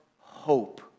hope